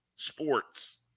Sports